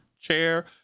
chair